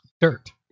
dirt